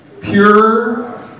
Pure